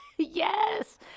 yes